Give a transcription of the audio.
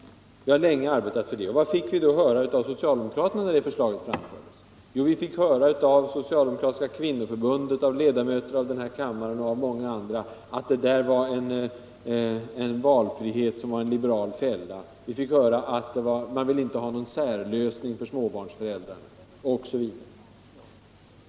Vi har Jänge arbetat för det. Vad fick vi då höra av socialdemokraterna när det förslaget framfördes? Jo, vi fick höra av Socialdemokratiska kvinnoförbundet, av ledamöter i denna kammare och av många andra att det där var en valfrihet som var en liberal fälla. Vi fick höra att man inte ville ha någon särlösning för småbarnsföräldrar osv.